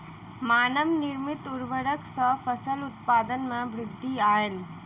मानव निर्मित उर्वरक सॅ फसिल उत्पादन में वृद्धि आयल